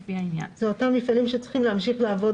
לפי העניין;" זה אותם מפעלים שצריכים להמשיך לעבוד